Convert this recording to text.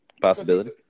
Possibility